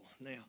Now